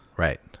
Right